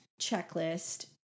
checklist